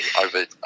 over